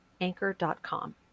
anchor.com